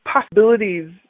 possibilities